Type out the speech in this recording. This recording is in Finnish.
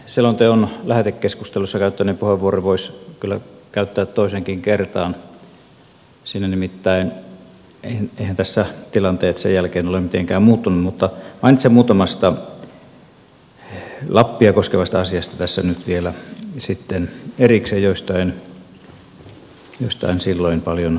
selonteon lähetekeskustelussa käyttämäni puheenvuoron voisi kyllä käyttää toiseenkin kertaan eiväthän tässä tilanteet sen jälkeen ole mitenkään muuttuneet mutta mainitsen tässä nyt vielä sitten erikseen muutamasta lappia koskevasta asiasta joista en silloin paljon puhunut